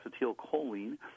acetylcholine